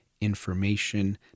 information